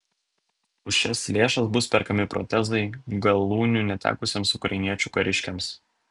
už šias lėšas bus perkami protezai galūnių netekusiems ukrainiečių kariškiams